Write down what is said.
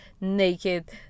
naked